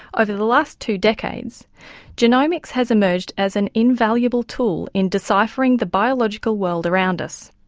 over the last two decades genomics has emerged as an invaluable tool in deciphering the biological world around us.